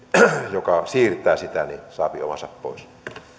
joka siirtää sähköä saa omansa pois